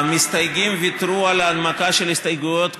המסתייגים ויתרו על ההנמקה של ההסתייגויות כולן,